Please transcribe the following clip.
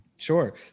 Sure